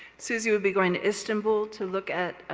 suzy will be going to istanbul to look at